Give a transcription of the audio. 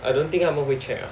I don't think 他们会 check lah